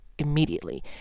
immediately